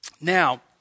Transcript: Now